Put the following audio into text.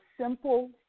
simple